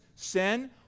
Sin